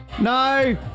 No